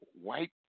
White